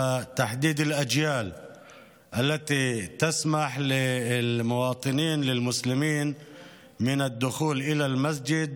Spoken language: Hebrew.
והגבלה לפי גיל של האזרחים המוסלמים אשר מורשים להיכנס אל המסגד